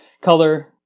Color